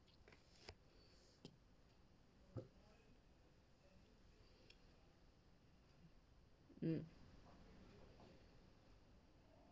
mm